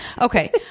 Okay